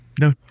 No